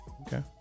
Okay